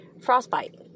frostbite